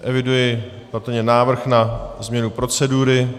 Eviduji patrně návrh na změnu procedury.